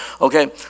Okay